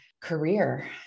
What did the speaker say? career